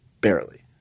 barely